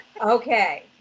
Okay